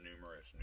numerous